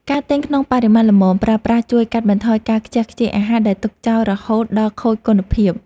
ការទិញក្នុងបរិមាណល្មមប្រើប្រាស់ជួយកាត់បន្ថយការខ្ជះខ្ជាយអាហារដែលទុកចោលរហូតដល់ខូចគុណភាព។